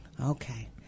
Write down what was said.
Okay